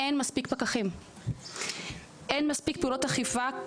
אין מספיק פקחים ואין מספיק פעולות אכיפה.